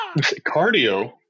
cardio